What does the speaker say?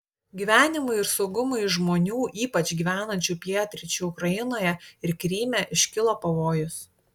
gyvenimui ir saugumui žmonių ypač gyvenančių pietryčių ukrainoje ir kryme iškilo pavojus